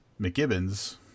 McGibbons